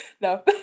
No